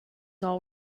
all